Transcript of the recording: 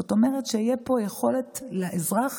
זאת אומרת שתהיה פה יכולת לאזרח